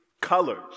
colors